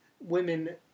Women